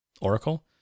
Oracle